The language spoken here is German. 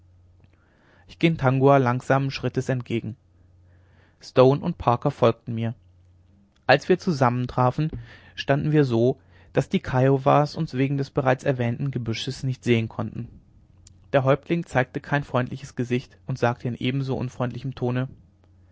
ich ging tangua langsamen schrittes entgegen stone und parker folgten mir als wir zusammentrafen standen wir so daß die kiowas uns wegen des bereits erwähnten gebüsches nicht sehen konnten der häuptling zeigte kein freundliches gesicht und sagte in ebenso unfreundlichem tone